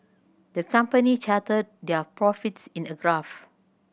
the company charted their profits in a graph